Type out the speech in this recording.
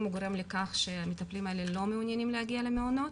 הוא גורם לכך שהמטפלים האלה לא מעוניינים להגיע למעונות,